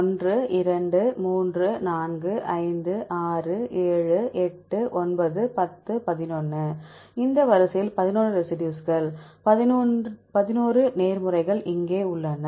1 2 3 4 5 6 7 8 9 10 11 இந்த வரிசையில் 11 ரெசிடியூஸ்கள் 11 நேர்மறைகள் இங்கே உள்ளன